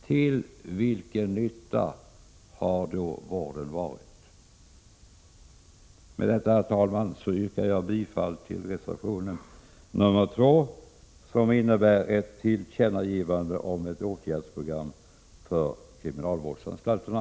Till vilken nytta har då vården varit? Med detta, herr talman, yrkar jag bifall till reservation nr 2, som innebär ett tillkännagivande om ett åtgärdsprogram för kriminalvårdsanstalterna.